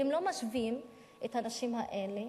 והם לא משווים את הנשים האלה,